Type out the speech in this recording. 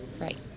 Right